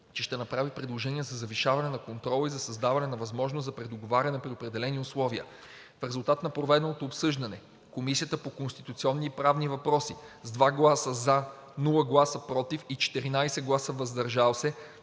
че ще направи предложения за завишаване на контрола и за създаване на възможност за предоговаряне при определени условия. В резултат на проведеното обсъждане Комисията по конституционни и правни въпроси с 2 гласа „за“, 0 гласа „против“ и 14 гласа „въздържал се“